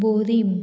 Borim